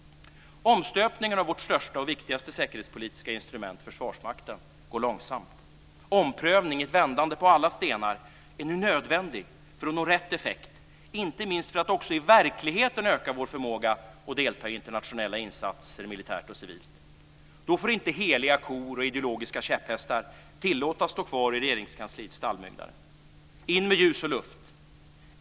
Omstöpningen av vårt största och viktigaste säkerhetspolitiska instrument - Försvarsmakten - går långsamt. En omprövning - ett vändande på alla stenar - är nu nödvändig för att nå rätt effekt, inte minst för att också i verkligheten öka vår förmåga att delta i internationella insatser militärt och civilt. Då får inte heliga kor och ideologiska käpphästar tillåtas stå kvar i Regeringskansliets stallbyggnader. In med ljus och luft!